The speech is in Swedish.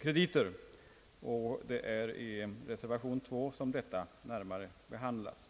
krediter, och det är i reservation 2 som detta närmare behandlas.